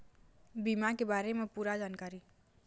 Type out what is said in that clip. बीमा के बारे म पूरा जानकारी?